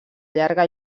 llarga